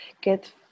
get